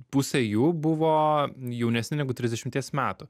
pusė jų buvo jaunesni negu trisdešimties metų